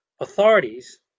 authorities